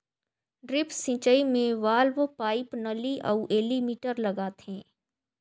drip सिंचई मे valve, pipe, नली अउ एलीमिटर लगाथें